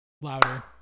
louder